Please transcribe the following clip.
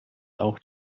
auch